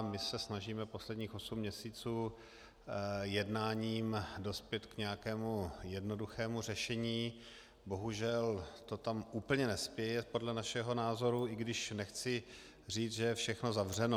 My se snažíme posledních osm měsíců jednáním dospět k nějakému jednoduchému řešení, bohužel to tam úplně nespěje podle našeho názoru, i když nechci říct, že je všechno zavřeno.